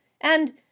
and